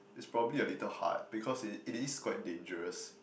it's probably a little hard because it it is quite dangerous